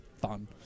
fun